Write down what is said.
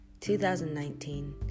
2019